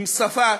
עם שפה,